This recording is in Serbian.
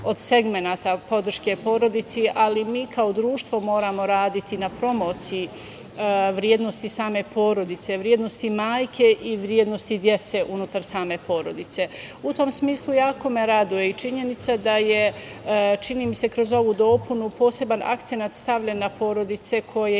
od segmenata podrške porodici, ali mi kao društvo moramo raditi na promociji vrednosti same porodice, vrednosti majke i vrednosti dece unutar same porodice. U tom smislu, jako me raduje i činjenica da je, čini mi se, kroz ovu dopunu poseban akcenat stavljen na porodice koje